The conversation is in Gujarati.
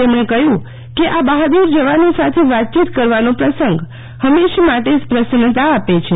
તેમણે કહ્યુ કે આ બફાદુર જવાનો સાથે વાતચીત કરવાનો પ્રસંગ ફંમેશા માટે પ્રશ્નતા આપે છે